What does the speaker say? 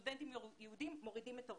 שסטודנטים יהודים בקמפוס מורידים את הראש.